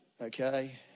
Okay